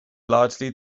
largely